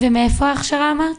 ומאיפה ההכשרה אמרת?